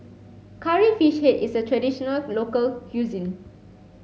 curry fish head is a traditional local cuisine